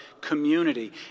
community